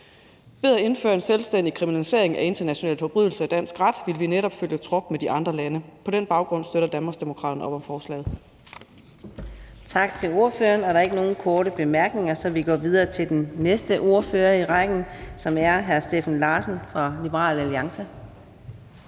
Ved at indføre en selvstændig kriminalisering af internationale forbrydelser i dansk ret vil vi netop følge trop med de andre lande. På den baggrund støtter Danmarksdemokraterne op om forslaget.